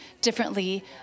differently